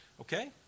Okay